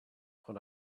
what